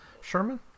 Sherman